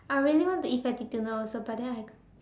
I really want to eat fatty tuna also but then I